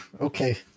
Okay